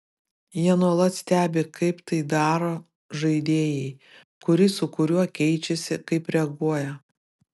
jie nuolat stebi kaip tai daro žaidėjai kuris su kuriuo keičiasi kaip reaguoja